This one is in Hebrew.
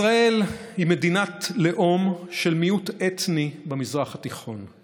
ישראל היא מדינת לאום של מיעוט אתני במזרח התיכון,